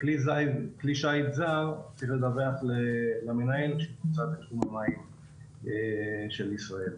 כלי שיט זר צריך לדווח למנהל שנמצא בתחום המים של ישראל.